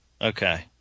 Okay